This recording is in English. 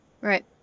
Right